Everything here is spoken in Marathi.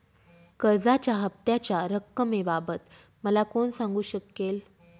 कर्जाच्या हफ्त्याच्या रक्कमेबाबत मला कोण सांगू शकेल?